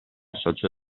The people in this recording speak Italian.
socio